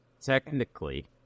technically